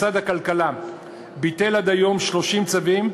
משרד הכלכלה ביטל עד היום 30 צווים,